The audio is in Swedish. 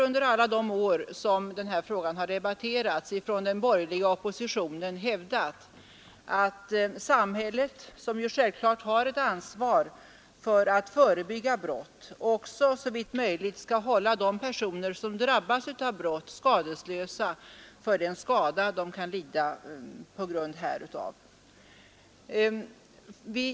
Under alla de år den här frågan debatterats har vi från den borgerliga oppositionen hävdat att samhället, som självfallet har ett ansvar för att förebygga brott, också skall såvitt möjligt hålla de personer som drabbas av brott skadeslösa för den skada de kan lida på grund härutav.